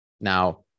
Now